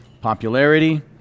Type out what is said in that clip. popularity